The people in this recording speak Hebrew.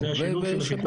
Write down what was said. השיטור